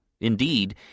Indeed